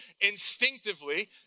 instinctively